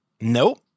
nope